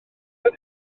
oedd